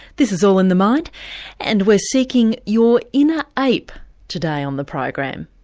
this is all in the mind and we're seeking your inner ape today on the program.